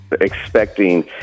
expecting